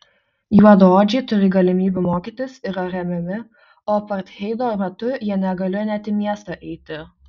juodaodžiai turi galimybių mokytis yra remiami o apartheido metu jie negalėjo net į miestą eiti